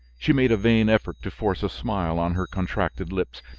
she made a vain effort to force a smile on her contracted lips,